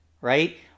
right